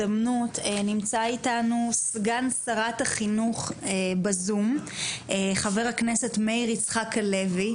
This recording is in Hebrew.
נמצא איתנו בזום סגן שרת החינוך חבר הכנסת מאיר יצחק הלוי,